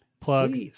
plug